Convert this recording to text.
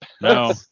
No